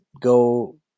go